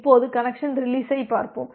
இப்போது கனெக்சன் ரீலிஸ்ஐ பார்ப்போம்